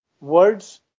words